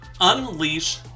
Unleash